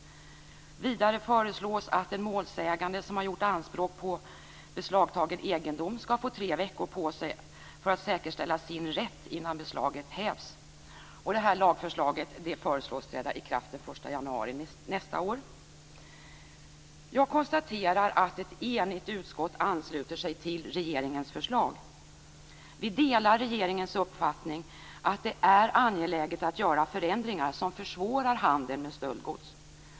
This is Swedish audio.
Vidare föreslås att den målsägande som gjort anspråk på beslagtagen egendom skall få tre veckor på sig för att säkerställa sin rätt innan beslaget hävs. Det här lagförslaget föreslås träda i kraft den 1 januari nästa år. Jag konstaterar att ett enigt utskott ansluter sig till regeringens förslag. Vi delar regeringens uppfattning att det är angeläget att göra förändringar som försvårar handeln med stöldgods.